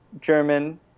German